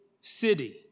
city